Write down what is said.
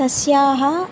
तस्याः